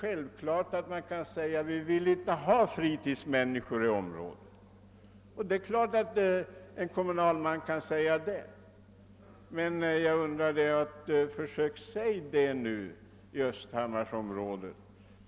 Det är klart att en kommunalman kan säga att man inte vill ha en befolkning som bara använder kommunens område för fritidsändamål, men försök, herr Trana, att säga det i Östhammarsområdet!